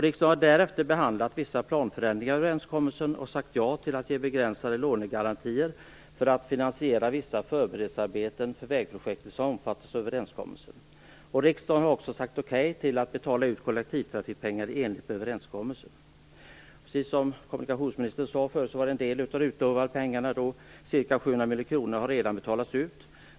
Riksdagen har därefter behandlat vissa planförändringar i överenskommelsen och sagt ja till att ge begränsade lånegarantier för att finansiera vissa förberedelsearbeten för vägprojekt som omfattas av överenskommelsen. Riksdagen har också sagt ja till att betala ut kollektivtrafikpengar i enlighet med överenskommelsen. Precis som kommunikationsministern sade förut har en del av de utlovade pengarna, ca 700 miljoner kronor, redan betalats ut.